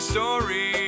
Story